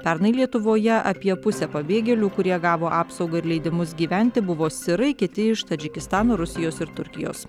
pernai lietuvoje apie pusę pabėgėlių kurie gavo apsaugą ir leidimus gyventi buvo sirai kiti iš tadžikistano rusijos ir turkijos